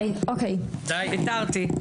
ויתרתי.